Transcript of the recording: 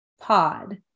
pod